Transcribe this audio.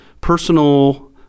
personal